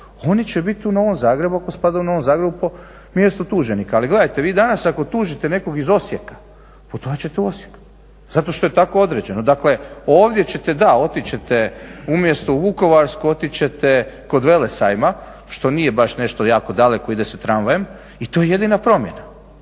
oni će biti u Novom Zagrebu ako spadaju u Novom Zagrebu po mjestu tuženika. Ali gledajte, vi danas ako tužite nekog iz Osijeka, putovat ćete u Osijek, zato što je tako određeno. Dakle, ovdje ćete, da, otići ćete umjesto u Vukovarsku, otići ćete kod Velesajma što nije baš nešto jako daleko, ide se tramvajem i to je jedina promjena.